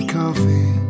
coffee